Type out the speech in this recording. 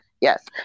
Yes